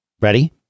ready